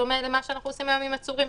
דומה למה שאנחנו עושים היום עם עצורים